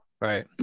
Right